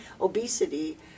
obesity